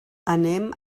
anem